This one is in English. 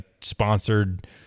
sponsored